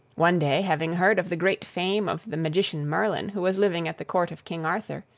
one day, having heard of the great fame of the magician merlin, who was living at the court of king arthur,